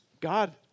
God